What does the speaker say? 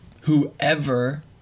whoever